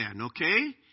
okay